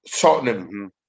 Tottenham